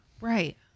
Right